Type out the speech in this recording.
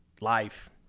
life